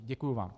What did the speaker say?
Děkuji vám.